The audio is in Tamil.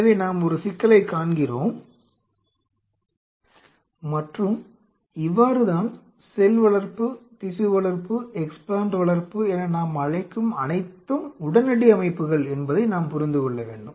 எனவே நாம் ஒரு சிக்கலைக் காண்கிறோம் மற்றும் இவ்வாறுதான் செல் வளர்ப்பு திசு வளர்ப்பு எக்ஸ்ப்ளான்ட் வளர்ப்பு என நாம் அழைக்கும் அனைத்தும் உடனடி அமைப்புகள் என்பதை நாம் புரிந்துகொள்ள வேண்டும்